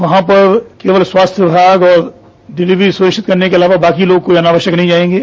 वहां पर केवल स्वास्थ्य विभाग और डिलीवरी प्रेषित करने के अलावा बाकी लोग कोई अनावश्यक नहीं जायेंगे